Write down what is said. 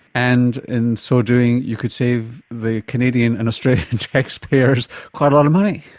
and in so doing you could save the canadian and australian taxpayers quite a lot of money.